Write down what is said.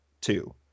two